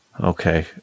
Okay